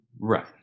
Right